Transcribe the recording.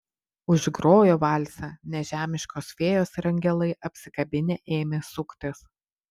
užgrojo valsą nežemiškos fėjos ir angelai apsikabinę ėmė suktis